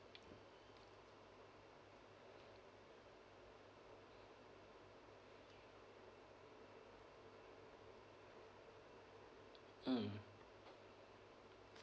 mm